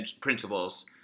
principles